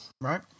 Right